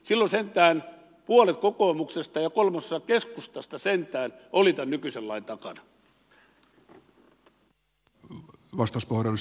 silloin sentään puolet kokoomuksesta ja kolmasosa keskustasta oli tämän nykyisen lain takana